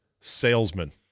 salesman